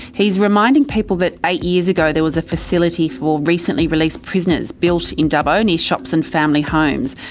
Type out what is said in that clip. he's reminding people that eight years ago there was a facility for recently released prisoners built in dubbo near shops and family homes.